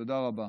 תודה רבה.